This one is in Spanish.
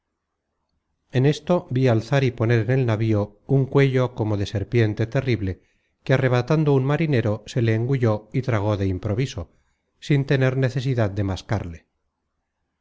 en esto vi alzar y poner en el navío un cuello como de serpiente terrible que arrebatando un marinero se le engulló y tragó de improviso sin tener necesidad de mascarle